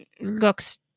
looks